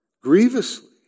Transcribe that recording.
grievously